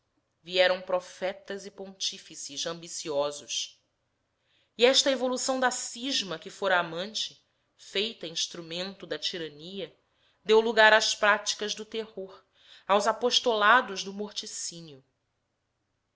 vieram profetas e pontífices ambiciosos e esta evolução da cisma que fora amante feita instrumento da tirania deu lagar às práticas do terror aos apostolados do morticínio